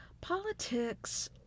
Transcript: politics